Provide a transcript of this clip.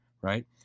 right